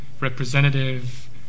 representative